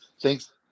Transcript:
thanks